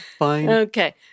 Okay